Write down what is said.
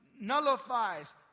nullifies